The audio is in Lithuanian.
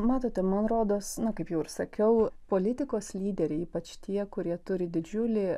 matote man rodos na kaip jau ir sakiau politikos lyderiai ypač tie kurie turi didžiulį